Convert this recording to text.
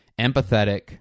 empathetic